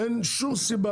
אין שום סיבה,